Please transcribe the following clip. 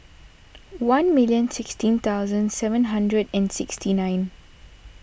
one million sixteen thousand seven hundred and sixty nine